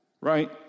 right